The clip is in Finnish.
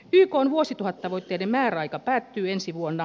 ykn vuosituhattavoitteiden määräaika päättyy ensi vuonna